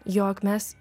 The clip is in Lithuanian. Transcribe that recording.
jog mes